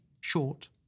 Short